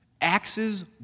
Axes